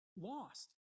lost